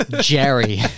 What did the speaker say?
Jerry